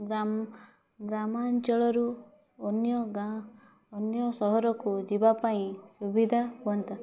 ଗ୍ରାମ ଗ୍ରାମାଞ୍ଚଳରୁ ଅନ୍ୟ ଗାଁ ଅନ୍ୟ ସହରକୁ ଯିବା ପାଇଁ ସୁବିଧା ହୁଅନ୍ତା